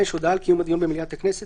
(5) הודעה על קיום הדיון במליאת הכנסת